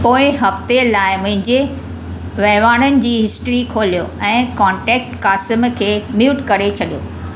पोऐं हफ़्ते लाइ मुंहिंजे वहिंवारनि जी हिस्ट्री खोलियो ऐं कॉन्टेक्ट क़ासिम खे म्यूट करे छॾियो